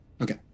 Okay